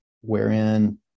wherein